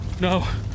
No